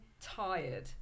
tired